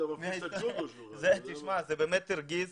זה באמת הרגיז.